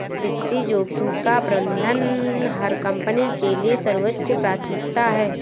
वित्तीय जोखिम का प्रबंधन हर कंपनी के लिए सर्वोच्च प्राथमिकता है